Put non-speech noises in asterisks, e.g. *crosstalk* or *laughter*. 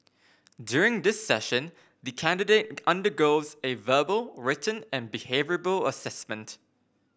during this session the candidate *noise* undergoes a verbal written and behavioural assessment